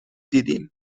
دیدیم